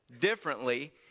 differently